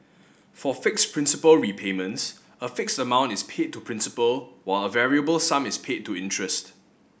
for fixed principal repayments a fixed amount is paid to principal while a variable sum is paid to interest